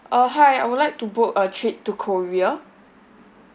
uh hi I would like to book a trip to korea